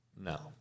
No